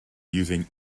using